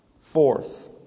Fourth